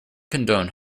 condone